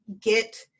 get